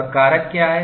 और कारक क्या हैं